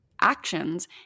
actions